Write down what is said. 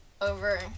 over